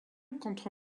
contre